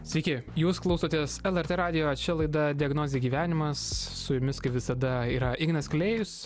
sveiki jūs klausotės lrt radijo čia laida diagnozė gyvenimas su jumis kaip visada yra ignas klėjus